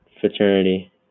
Fraternity